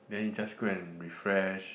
then you just go and refresh